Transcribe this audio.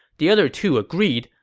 the other two agreed,